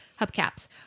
Hubcaps